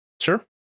Sure